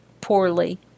poorly